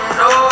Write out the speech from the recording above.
no